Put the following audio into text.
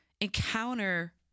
encounter